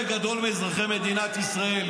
לחלק גדול מאזרחי מדינת ישראל,